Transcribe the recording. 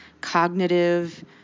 cognitive